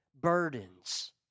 burdens